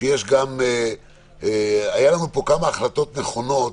היו לנו פה כמה החלטות נכונות